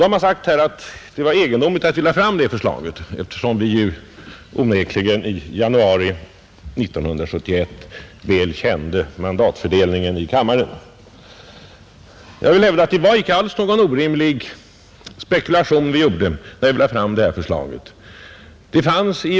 Nu har man sagt att det var egendomligt att vi lade fram det förslaget, eftersom vi i januari 1971 onekligen väl kände mandatfördelningen i kammaren, Jag vill hävda att det inte alls var någon orimlig spekulation vi gjorde, när vi lade fram förslaget.